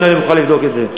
אם לא, אני מוכן לבדוק את זה.